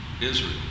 Israel